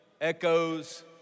Echoes